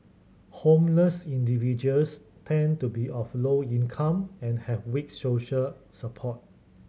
homeless individuals tend to be of low income and have weak social support